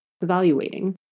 evaluating